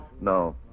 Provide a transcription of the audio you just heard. No